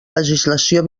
legislació